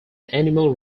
animal